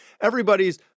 everybody's